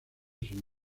sin